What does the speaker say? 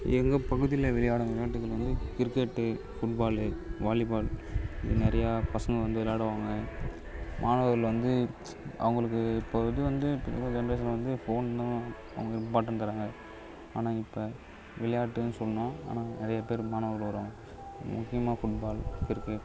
எங்க பகுதியில் விளையாடும் விளையாட்டுகள் வந்து கிரிக்கெட்டு ஃபுட்பாலு வாலிபால் இங்கே நிறையா பசங்கள் வந்து விளாடுவாங்க மாணவர்கள் வந்து அவங்களுக்கு இப்போ இது வந்து இப்போ இருக்குற ஜென்ரேஷன் வந்து ஃபோன்தான் அவங்க இம்பார்ட்டண்ட் தராங்க ஆனால் இப்போ விளையாட்டுனு சொன்னால் ஆனால் நிறைய பேர் மாணவர்கள் வருவாங்க முக்கியமாக ஃபுட்பால் கிரிக்கெட்